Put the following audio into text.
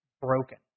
broken